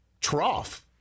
trough